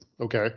okay